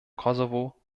kosovo